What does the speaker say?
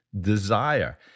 desire